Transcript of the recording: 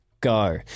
go